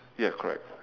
yes correct